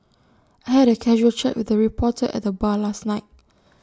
I had A casual chat with A reporter at the bar last night